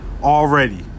Already